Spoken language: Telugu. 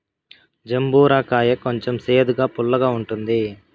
జంబూర కాయ కొంచెం సేదుగా, పుల్లగా ఉంటుంది